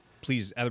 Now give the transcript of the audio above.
please